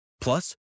plus